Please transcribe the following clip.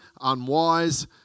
unwise